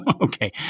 Okay